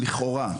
לכאורה.